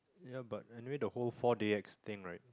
ya but anyway the whole four D_X thing right